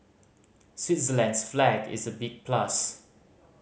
Switzerland's flag is a big plus